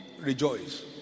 rejoice